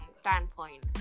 standpoint